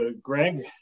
Greg